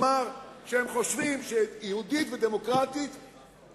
לומר שהם חושבים שיהודית ודמוקרטית הוא